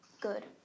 good